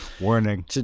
Warning